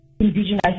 indigenous